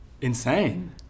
Insane